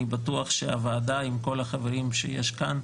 אני בטוח שהוועדה עם כל החברים שיש כאן,